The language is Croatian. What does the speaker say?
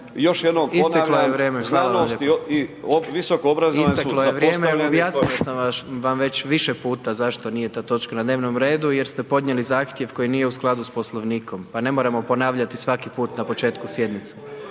**Jandroković, Gordan (HDZ)** Isteklo je vrijeme, objasnio sam vam već više puta zašto nije ta točka na dnevnom redu, jer ste podnijeli zahtjev koji nije u skladu s Poslovnikom, pa ne moramo ponavljati svaki put na početku sjednice.